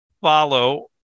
follow